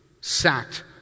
sacked